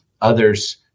Others